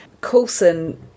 Coulson